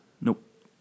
Nope